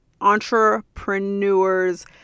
entrepreneur's